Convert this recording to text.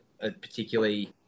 particularly